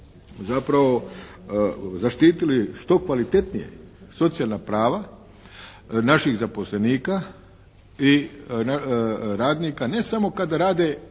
zapravo zaštitili što kvalitetnije socijalna prava naših zaposlenika i radnika ne samo kada rade